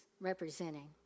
representing